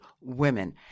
women